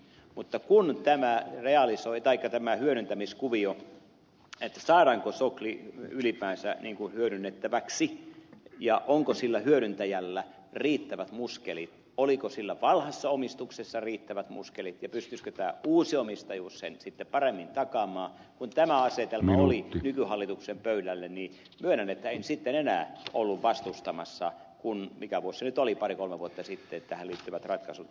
mutta kun tämä hyödyntämiskuvio saadaanko sokli ylipäänsä niin kuin hyödynnettäväksi ja onko sillä hyödyntäjällä riittävät muskelit oliko sillä vanhassa omistuksessa riittävät muskelit ja pystyisikö tämä uusi omistajuus sen sitten paremmin takaamaan kun tämä asetelma oli nykyhallituksen pöydällä niin myönnän että en sitten enää ollut vastustamassa kun mikä vuosi se nyt oli pari kolme vuotta sitten tähän liittyvät ratkaisut tehtiin